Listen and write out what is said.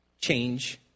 Change